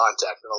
contact